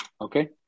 Okay